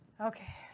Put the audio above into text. Okay